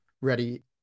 ready